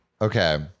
Okay